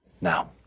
Now